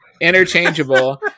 interchangeable